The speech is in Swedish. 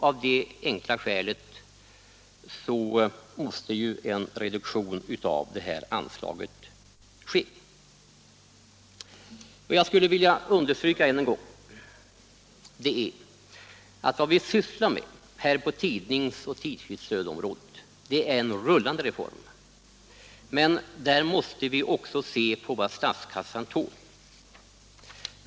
Av det enkla skälet måste detta anslag reduceras. Jag vill än en gång understryka att vad vi sysslar med på tidningsoch tidskriftsstödets område är en rullande reform där vi också måste se på vad statskassan tål.